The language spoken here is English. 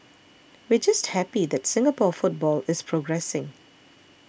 we're just happy that Singapore football is progressing